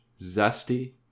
zesty